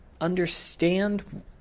understand